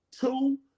Two